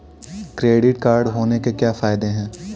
Credit card होने के क्या फायदे हैं?